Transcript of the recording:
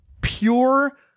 pure